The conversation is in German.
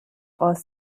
aus